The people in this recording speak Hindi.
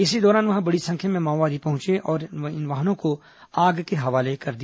इसी दौरान वहां बड़ी संख्या में माओवादी पहुंचे और वाहनों को आग के हवाले कर दिया